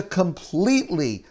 completely